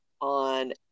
on